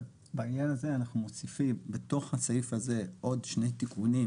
בעניין הזה אנחנו מוסיפים בתוך הסעיף הזה עוד שני תיקונים,